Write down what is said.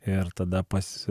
ir tada pas